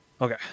Okay